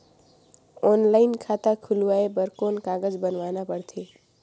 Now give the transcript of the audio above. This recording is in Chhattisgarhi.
ऑनलाइन खाता खुलवाय बर कौन कागज बनवाना पड़थे?